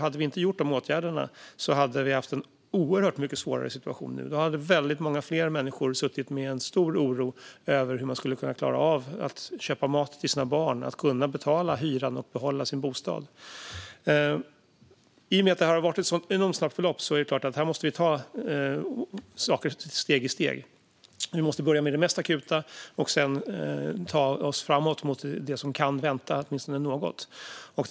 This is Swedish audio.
Hade vi inte vidtagit dessa åtgärder hade vi haft en oerhört mycket svårare situation nu. Då hade väldigt många fler människor suttit med en stor oro över hur de skulle kunna klara av att köpa mat till sina barn, kunna betala hyran och behålla sin bostad. I och med att det har varit ett så enormt snabbt förlopp måste vi ta saker steg för steg. Vi måste börja med det mest akuta, och sedan ta oss framåt mot det som kan vänta åtminstone ett tag.